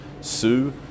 sue